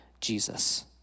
Jesus